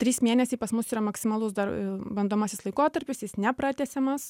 trys mėnesiai pas mus yra maksimalus dar bandomasis laikotarpis jis nepratęsiamas